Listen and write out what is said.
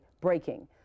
breaking